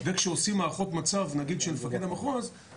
וכשעושים הערכות מצב נגיד של מפקד המחוז,